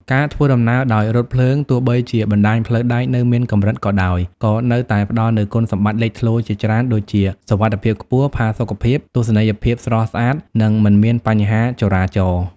ការធ្វើដំណើរដោយរថភ្លើង ទោះបីជាបណ្ដាញផ្លូវដែកនៅមានកម្រិតក៏ដោយ ក៏នៅតែផ្ដល់នូវគុណសម្បត្តិលេចធ្លោជាច្រើនដូចជា សុវត្ថិភាពខ្ពស់ ផាសុកភាព ទស្សនីយភាពស្រស់ស្អាត និងមិនមានបញ្ហាចរាចរណ៍។